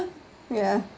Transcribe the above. ya